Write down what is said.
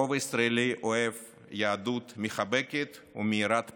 הרוב הישראלי אוהב יהדות מחבקת ומאירת פנים,